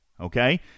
Okay